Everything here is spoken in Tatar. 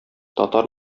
татар